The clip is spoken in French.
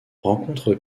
rencontre